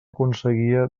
aconseguia